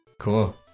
Cool